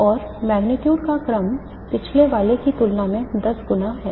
और मेग्नीट्यूड का क्रम पिछले वाले की तुलना में दस गुना है